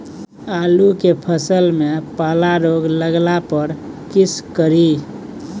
आलू के फसल मे पाला रोग लागला पर कीशकरि?